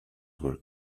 were